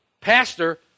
Pastor